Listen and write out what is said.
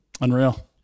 Unreal